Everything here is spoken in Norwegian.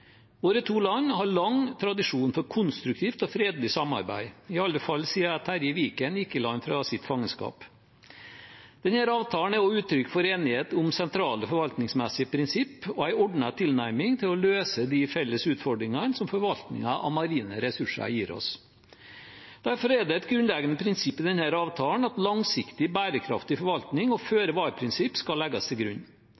Våre to land har lang tradisjon for konstruktivt og fredelig samarbeid, i alle fall siden Terje Vigen gikk i land fra sitt fangenskap. Denne avtalen er også uttrykk for enighet om sentrale forvaltningsmessige prinsipp og en ordnet tilnærming til å løse de felles utfordringene som forvaltningen av marine ressurser gir oss. Derfor er det et grunnleggende prinsipp i denne avtalen at langsiktig, bærekraftig forvaltning og